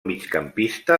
migcampista